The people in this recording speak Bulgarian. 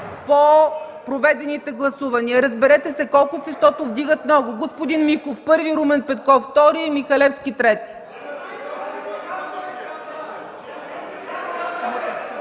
по проведените гласувания. Разберете се от кой, защото се вдигат много ръце. Господин Миков – първи, Румен Петков – втори, Михалевски – трети.